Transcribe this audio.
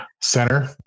center